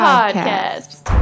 Podcast